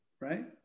right